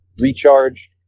Recharge